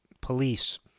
Police